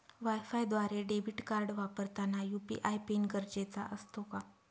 वायफायद्वारे debit card वापरताना UPI PIN गरजेचा असतो का?